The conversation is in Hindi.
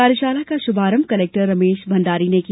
कार्यशाला का शुभारंभ कलेक्टर रमेश भंडारी ने किया